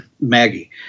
maggie